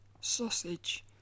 Sausage